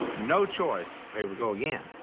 no choice. here we go again.